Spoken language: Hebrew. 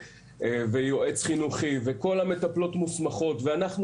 יועץ חינוכי וכל המטפלות מוסמכות ואנחנו